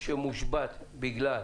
שמושבת בגלל